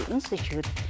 Institute